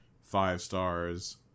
five-stars